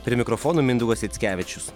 prie mikrofono mindaugas jackevičius